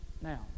Now